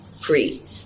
free